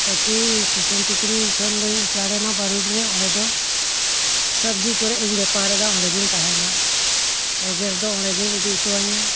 ᱛᱟᱹᱠᱤ ᱠᱩᱥᱩᱢ ᱴᱤᱠᱨᱤ ᱠᱷᱚᱱ ᱫᱚᱧ ᱩᱪᱟᱹᱲ ᱮᱱᱟ ᱵᱟᱹᱨᱩᱰᱤ ᱨᱮ ᱚᱸᱰᱮ ᱫᱚ ᱥᱚᱵᱡᱤ ᱠᱚᱨᱮᱫ ᱤᱧ ᱵᱮᱯᱟᱨ ᱮᱫᱟ ᱚᱸᱰᱮ ᱜᱮᱧ ᱛᱟᱦᱮᱱᱟ ᱛᱚ ᱜᱮᱥ ᱫᱚ ᱚᱸᱰᱮ ᱜᱮᱢ ᱤᱫᱤ ᱦᱚᱴᱚᱣᱟᱹᱧᱟᱹ